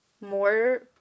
more